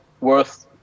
worth